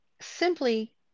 simply